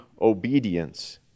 obedience